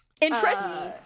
Interests